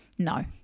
No